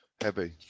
Heavy